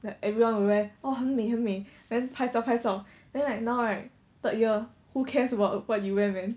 then everyone will wear !wah! 很美很美 then 拍照拍照 then like now right third year who cares about what you wear man